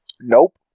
Nope